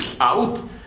out